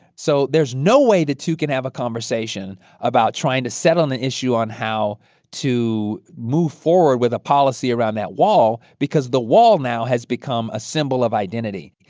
so there's no way the two can have a conversation about trying to settle on the issue on how to move forward with a policy around that wall because the wall now has become a symbol of identity.